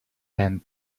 and